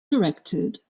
directed